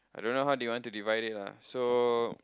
I don't know how do you want to divide it lah so